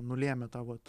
nulėmė tą vat